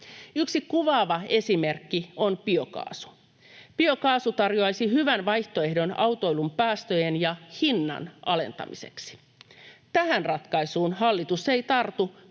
Yksi kuvaava esimerkki on biokaasu. Biokaasu tarjoaisi hyvän vaihtoehdon autoilun päästöjen ja hinnan alentamiseksi. Tähän ratkaisuun hallitus ei tartu,